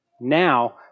Now